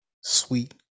sweet